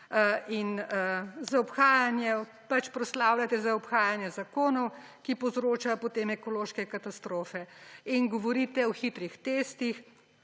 že podpisana. In pač proslavljate zaobhajanje zakonov, ki povzročajo potem ekološke katastrofe. In govorite o hitrih testih